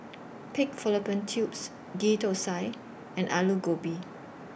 Pig Fallopian Tubes Ghee Thosai and Aloo Gobi